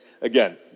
again